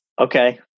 Okay